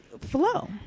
flow